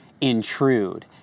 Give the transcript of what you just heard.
intrude